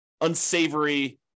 unsavory